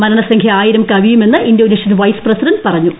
മരണസംഖ്യ ആയിരം കവിയുമെന്ന് ഇന്ത്യോനേഷ്യൻ വൈസ് പ്രസിഡന്റ്റ് പറഞ്ഞു